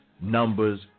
Numbers